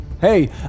Hey